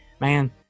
man